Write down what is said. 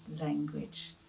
language